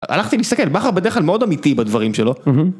הלכתי להסתכל בכר בדרך כלל מאוד אמיתי בדברים שלו.